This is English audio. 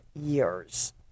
years